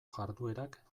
jarduerak